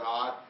God